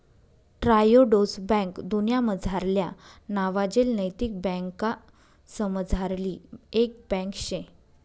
Triodos bank दुन्यामझारल्या नावाजेल नैतिक बँकासमझारली एक बँक शे